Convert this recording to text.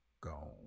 gone